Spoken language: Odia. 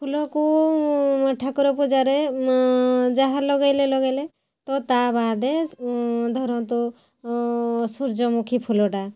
ଫୁଲକୁ ଠାକୁର ପୂଜାରେ ଯାହା ଲଗେଇଲେ ଲଗେଇଲେ ତ ତା ବାଦେ ଧରନ୍ତୁ ସୂର୍ଯ୍ୟମୁଖୀ ଫୁଲଟା